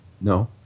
No